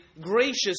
gracious